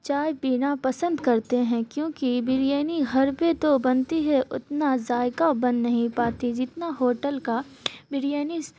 چائے پینا پسند کرتے ہیں کیوںکہ بریانی گھر پہ تو بنتی ہے اتنا ذائقہ بن نہیں پاتی جتنا ہوٹل کا بریانی